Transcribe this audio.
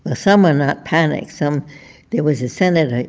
ah some are not panicked. some there was a senator